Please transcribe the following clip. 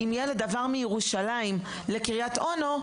אם ילד עבר מירושלים לקריית אונו,